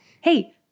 hey